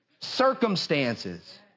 circumstances